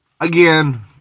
Again